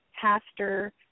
Pastor